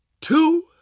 two